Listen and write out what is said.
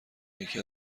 یکی